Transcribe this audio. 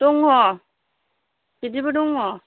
दङ बिदिबो दङ